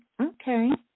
Okay